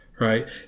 Right